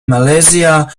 malaysia